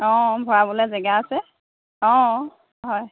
অ ভৰাবলৈ জেগা আছে অ হয়